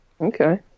Okay